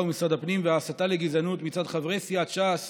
ומשרד הפנים' והסתה לגזענות מצד חברי סיעת ש"ס